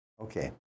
Okay